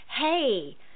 Hey